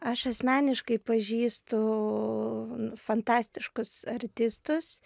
aš asmeniškai pažįstu fantastiškus artistus